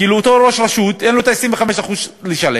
כי לאותו ראש רשות אין 25% לשלם.